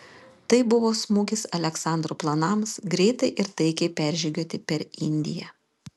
tai buvo smūgis aleksandro planams greitai ir taikiai peržygiuoti per indiją